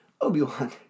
Obi-Wan